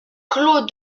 clos